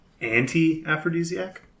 anti-aphrodisiac